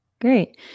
great